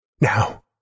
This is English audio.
Now